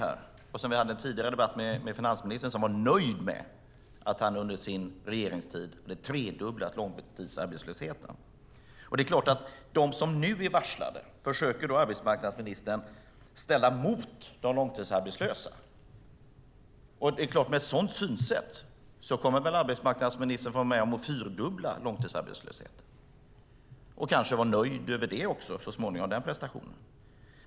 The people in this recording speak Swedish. I en tidigare debatt med finansministern framkom att han var nöjd med att han under sin regeringstid tredubblat långtidsarbetslösheten. De som nu är varslade försöker arbetsmarknadsministern ställa mot de långtidsarbetslösa. Med ett sådant synsätt kommer väl arbetsmarknadsministern att få vara med om att fyrdubbla långtidsarbetslösheten och kanske så småningom vara nöjd också med den prestationen.